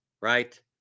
right